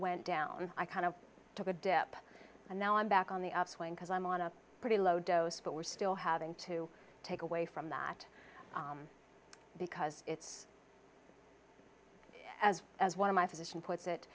went down i kind of took a dip and now i'm back on the upswing because i'm on a pretty low dose but we're still having to take away from that because it's as as one of my physician put